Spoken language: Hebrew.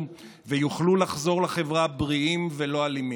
ויוכלו לחזור לחברה בריאים ולא אלימים.